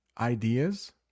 ideas